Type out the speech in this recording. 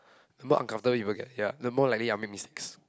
the more uncomfortable people get ya the more likely I'll make mistakes